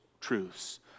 truths